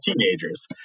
teenagers